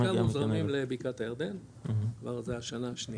בעיקר מוזרמים לבקעת הירדן, כבר זה השנה השנייה.